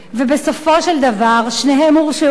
ובסופו של דבר שניהם הורשעו,